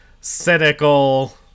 cynical